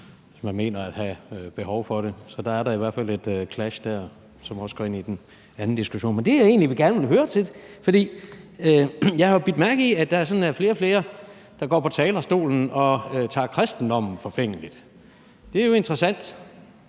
hvis man mener at have behov for det. Så der er da i hvert fald et clash dér, som også går ind i den anden diskussion. Jeg har bidt mærke i, at der sådan er flere og flere, der går på talerstolen og tager kristendommen forfængeligt. Det er jo interessant,